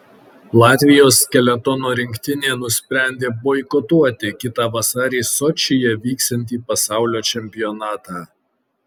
latvijos skeletono rinktinė nusprendė boikotuoti kitą vasarį sočyje vyksiantį pasaulio čempionatą